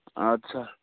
آد سا